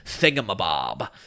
Thingamabob